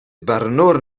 barnwr